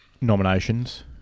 nominations